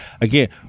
Again